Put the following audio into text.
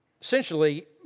essentially